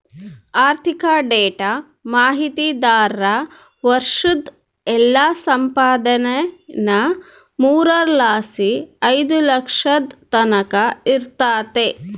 ಆರ್ಥಿಕ ಡೇಟಾ ಮಾಹಿತಿದಾರ್ರ ವರ್ಷುದ್ ಎಲ್ಲಾ ಸಂಪಾದನೇನಾ ಮೂರರ್ ಲಾಸಿ ಐದು ಲಕ್ಷದ್ ತಕನ ಇರ್ತತೆ